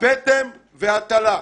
הפטם וההטלה.